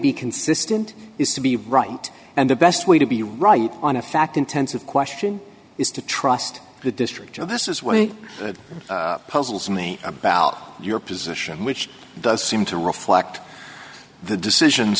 be consistent is to be right and the best way to be right on a fact intensive question is to trust the district oh this is what puzzles me about your position which does seem to reflect the decisions